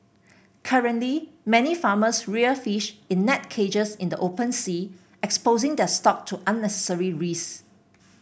currently many farmers rear fish in net cages in the open sea exposing their stock to unnecessary risks